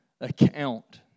account